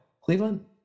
Cleveland